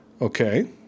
Okay